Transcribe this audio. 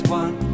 one